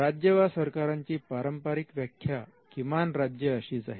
राज्य वा सरकारांची पारंपारिक व्याख्या किमान राज्य अशीच आहे